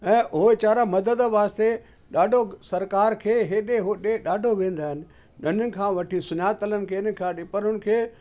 ऐं हो वेचारा मदद वास्ते ॾाढो सरकार खे एॾे ओॾे ॾाढो वेंदा आहिनि नंढनि खां वठी सुञातलनि खे वठी केॾे काॾे पर उन्हनि खे